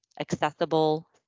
accessible